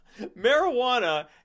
Marijuana